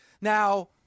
Now